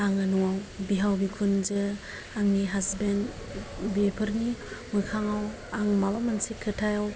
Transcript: आङो न'आव बिहाव बिखुनजो आंनि हासबेन्द बेफोरनि मोखाङाव आं माबा मोनसे खोथायाव